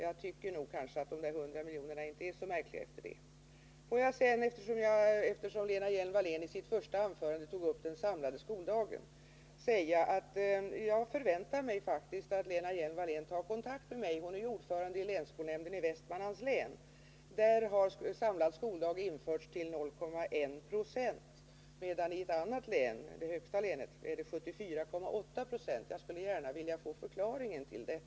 Jag tycker nog att de 100 miljonerna inte är så märkliga efter det. Får jag, eftersom Lena Hjelm-Wallén i sitt första anförande tog upp frågan om den samlade skoldagen, säga att jag faktiskt förväntar mig att Lena Hjelm-Wallén tar kontakt med mig — hon är ju ordförande i länsskolnämnden i Västmanlands län. Där har samlad skoldag införts till 0,1 26, medan den samlade skoldagen införts till 74,8 26 i det län som har den högsta siffran. Jag skulle gärna vilja få förklaringen till detta.